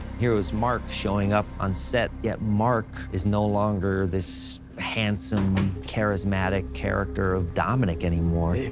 he was mark showing up on set, yet mark is no longer this handsome, charismatic character of dominick anymore. hey,